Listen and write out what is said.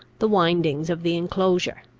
the windings of the inclosure.